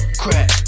crack